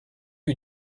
lui